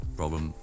problem